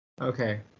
Okay